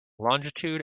longitude